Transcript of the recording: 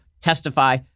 testify